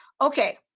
Okay